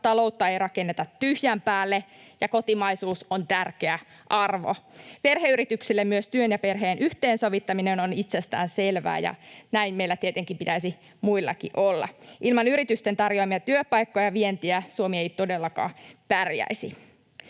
taloutta ei rakenneta tyhjän päälle ja kotimaisuus on tärkeä arvo. Perheyrityksille myös työn ja perheen yhteensovittaminen on itsestään selvää, ja näin meillä tietenkin pitäisi muillakin olla. Ilman yritysten tarjoamia työpaikkoja ja vientiä Suomi ei todellakaan pärjäisi.